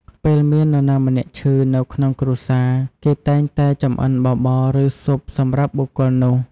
ពេលមាននរណាម្នាក់ឈឺនៅក្នុងគ្រួសារ គេតែងតែចម្អិនបបរ ឬ ស៊ុបសម្រាប់បុគ្គលនោះ។